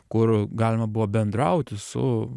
kur galima buvo bendrauti su